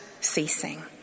ceasing